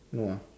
no ah